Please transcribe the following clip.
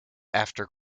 after